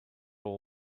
all